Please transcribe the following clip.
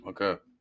Okay